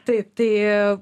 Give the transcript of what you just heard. taip tai